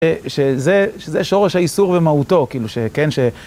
שזה שורש האיסור במהותו, כאילו שכן, ש...